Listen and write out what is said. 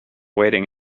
waiting